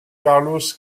carlos